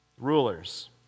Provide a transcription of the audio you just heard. Rulers